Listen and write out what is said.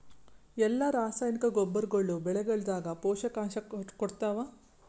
ಎಲ್ಲಾ ರಾಸಾಯನಿಕ ಗೊಬ್ಬರಗೊಳ್ಳು ಬೆಳೆಗಳದಾಗ ಪೋಷಕಾಂಶ ಕೊಡತಾವ?